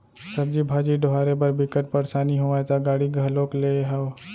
सब्जी भाजी डोहारे बर बिकट परसानी होवय त गाड़ी घलोक लेए हव